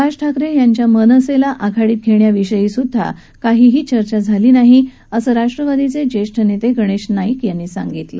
राज ठाकरे यांच्या मनसेला आघाडीत घेण्याविषयी काहीही चर्चा झाली नाही असं राष्ट्रवादीचे ज्येष्ठ नेते गणेश नाईक यांनी सांगितलं